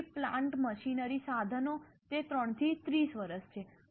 પછી plant machinery સાધનો તે 3 થી 30 વર્ષ છે